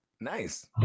Nice